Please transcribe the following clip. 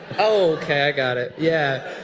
oh okay, i got it, yeah.